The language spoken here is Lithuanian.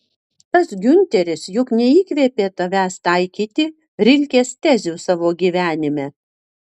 tas giunteris juk neįkvėpė tavęs taikyti rilkės tezių savo gyvenime